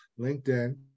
LinkedIn